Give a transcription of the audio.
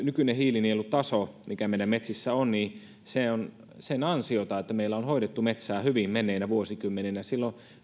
nykyinen hiilinielutaso mikä meidän metsissä on on sen ansiota että meillä on hoidettu metsää hyvin menneinä vuosikymmeninä silloin